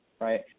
right